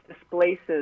displaces